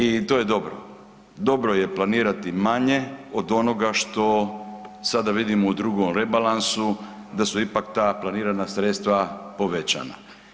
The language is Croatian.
I to je dobro, dobro je planirati manje od onoga što sada vidimo u drugom rebalansu da su ipak ta planirana sredstva povećana.